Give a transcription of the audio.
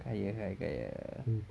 kaya kaya kaya